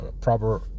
proper